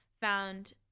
found